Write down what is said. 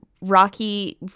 Rocky